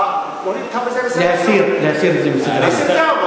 ברשותך, בוא, להסיר את זה מסדר-היום.